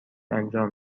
انجام